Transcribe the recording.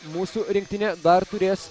mūsų rinktinė dar turės